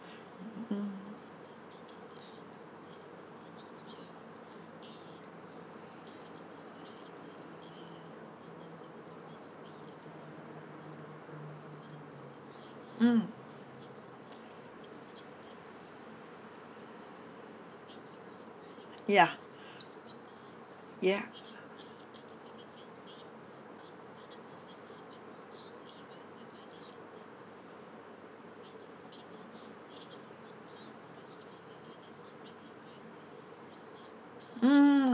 mm mm ya ya mm